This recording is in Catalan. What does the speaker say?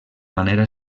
manera